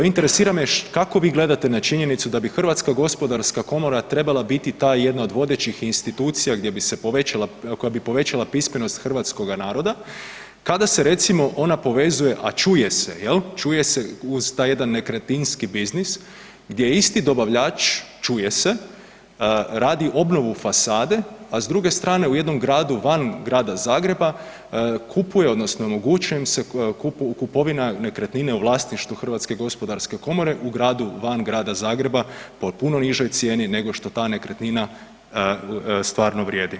Interesira me kako bi gledate na činjenicu da bi HGK trebala biti ta jedna od vodećih institucija gdje bi se povećala, koja bi povećala pismenost hrvatskoga naroda kada se recimo ona povezuje, a čuje se jel, čuje se uz taj jedan nekretninski biznis gdje isti dobavljač čuje se radi obnovu fasade, a s druge strane u jednom gradu van Grada Zagreba kupuje odnosno omogućuje im se kupovina nekretnine u vlasništvu HGK u gradu van Grada Zagreba po puno nižoj cijeni nego što ta nekretnina stvarno vrijedi.